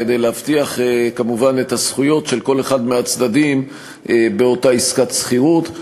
כדי להבטיח כמובן את הזכויות של כל אחד מהצדדים באותה עסקת שכירות.